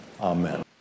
Amen